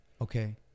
Okay